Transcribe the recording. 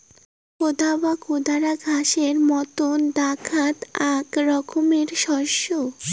কোদা বা কোদরা ঘাসের মতন দ্যাখাত আক রকম শস্য